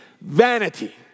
vanity